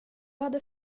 hade